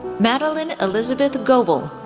madeleine elizabeth goebel,